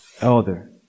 elder